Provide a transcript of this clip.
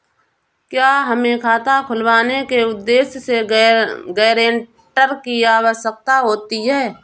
क्या हमें खाता खुलवाने के उद्देश्य से गैरेंटर की आवश्यकता होती है?